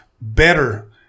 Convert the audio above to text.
better